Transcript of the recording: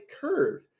curve